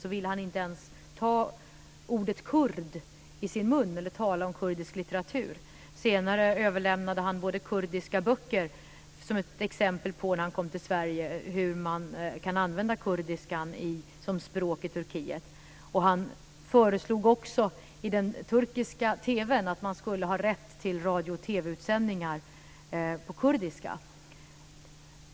Han ville då inte ens ta ordet kurd i sin mun eller tala om kurdisk litteratur. Senare överlämnade han när han kom till Sverige kurdiska böcker som ett exempel på hur kurdiska kan användas som språk i Turkiet. Han föreslog också i turkisk TV en rätt för radio och TV-utsändningar på kurdiska.